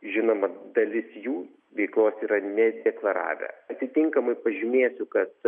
žinoma dalis jų veiklos yra nedeklaravę atitinkamai pažymėsiu kad